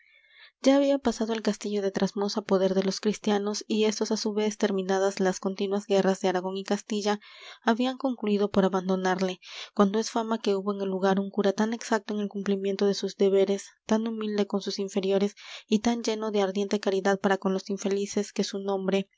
ya había pasado el castillo de trasmoz á poder de los cristianos y éstos á su vez terminadas las continuas guerras de aragón y castilla habían concluído por abandonarle cuando es fama que hubo en el lugar un cura tan exacto en el cumplimiento de sus deberes tan humilde con sus inferiores y tan lleno de ardiente caridad para con los infelices que su nombre